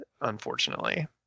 unfortunately